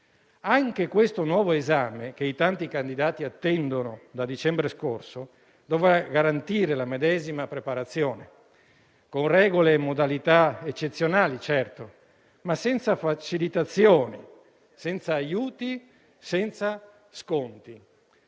Anche questo nuovo esame, che i tanti candidati attendono da dicembre scorso, dovrà garantire la medesima preparazione, con regole e modalità eccezionali - certo - ma senza facilitazioni, senza aiuti, senza sconti,